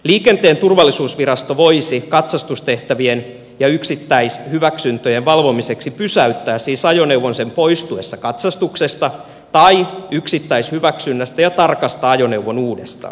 liikenteen turvallisuusvirasto voisi katsastustehtävien ja yksittäishyväksyntöjen valvomiseksi pysäyttää siis ajoneuvon sen poistuessa katsastuksesta tai yksittäishyväksynnästä ja tarkastaa ajoneuvon uudestaan